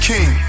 King